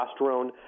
testosterone